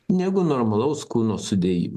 negu normalaus kūno sudėjimo